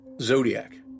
Zodiac